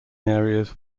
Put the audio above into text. areas